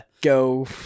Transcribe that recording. Go